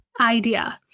Idea